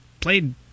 played